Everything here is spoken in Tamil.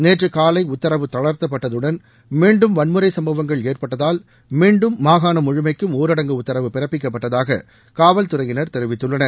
நேற்று காலை உத்தரவு தளர்த்தப்பட்டதுடன் மீண்டும் வன்முறை சம்வங்கள் ஏற்பட்டதால் மீண்டும் மாகாணம் முழுமைக்கும் ஊரடங்கு உத்தரவு பிறப்பிக்கப்பட்டதாக காவல்துறையினர் தெரிவித்துள்ளனர்